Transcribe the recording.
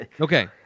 Okay